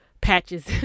patches